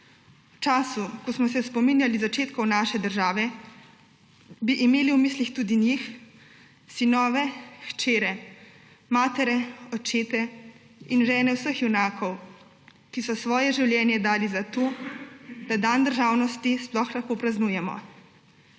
V času, ko smo se spominjali začetkov naše države, bi imeli v mislih tudi njih, sinove, hčere, matere, očete in žene vseh junakov, ki so svoje življenje dali za to, da dan državnosti sploh lahko praznujemo,